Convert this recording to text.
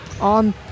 on